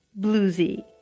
bluesy